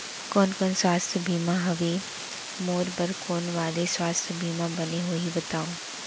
कोन कोन स्वास्थ्य बीमा हवे, मोर बर कोन वाले स्वास्थ बीमा बने होही बताव?